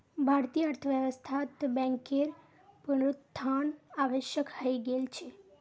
भारतीय अर्थव्यवस्थात बैंकेर पुनरुत्थान आवश्यक हइ गेल छ